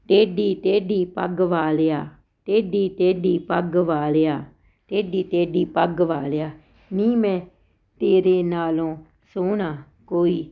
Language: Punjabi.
ਟੇਢੀ ਟੇਢੀ ਪੱਗ ਵਾਲਿਆ ਟੇਢੀ ਟੇਢੀ ਪੱਗ ਵਾਲਿਆ ਟੇਢੀ ਟੇਢੀ ਪੱਗ ਵਾਲਿਆ ਨੀ ਮੈਂ ਤੇਰੇ ਨਾਲੋਂ ਸੋਹਣਾ ਕੋਈ